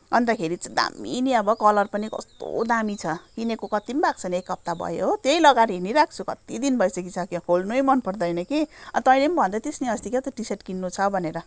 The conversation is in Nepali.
अन्तखेरि चाहिँ दामी नि अब कलर पनि कस्तो दामी छ किनेको कति पनि भएको छैन एक हप्ता भयो हो त्यही लगाएर हिँडीरहेको छु कति दिन भइसकिसक्यो खोल्नु नै मन पर्दैन कि अँ तैँले पनि भन्दै थिइस् नि अस्ति क्या त टी सर्ट किन्नु छ भनेर